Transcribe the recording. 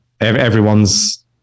everyone's